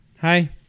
Hi